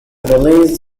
released